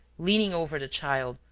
leaning over the child,